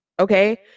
Okay